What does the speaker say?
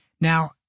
Now